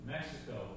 Mexico